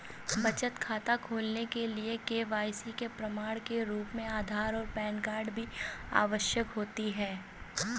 बचत खाता खोलने के लिए के.वाई.सी के प्रमाण के रूप में आधार और पैन कार्ड की आवश्यकता होती है